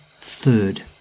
third